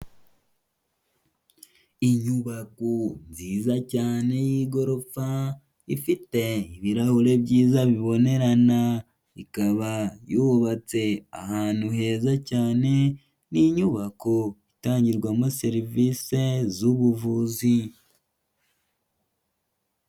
Inyubako nziza cyane y'igorofa, ifite ibirahure byiza bibonerana, ikaba yubatse ahantu heza cyane, ni inyubako itangirwamo serivisi z'ubuvuzi.